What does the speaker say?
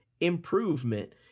improvement